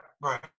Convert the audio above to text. right